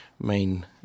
main